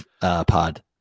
pod